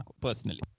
personally